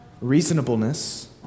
reasonableness